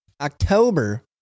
October